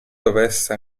dovesse